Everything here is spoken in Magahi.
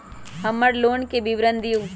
हमर लोन के विवरण दिउ